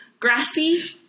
Grassy